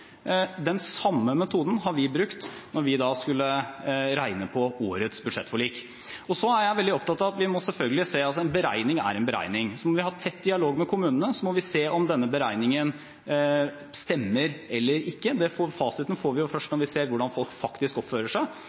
Den samme metoden brukte vi da vi skulle regne på årets budsjettforlik. Jeg er veldig opptatt av at en beregning selvfølgelig er en beregning. Så må vi ha tett dialog med kommunene og se om denne beregningen stemmer eller ikke – fasiten får vi først når vi ser hvordan folk faktisk oppfører seg